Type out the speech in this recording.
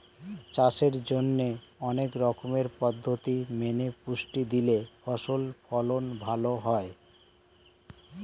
চাষের জন্যে অনেক রকম পদ্ধতি মেনে পুষ্টি দিলে ফসল ফলন ভালো হয়